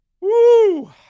Woo